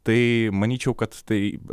tai manyčiau kad tai